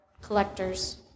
collectors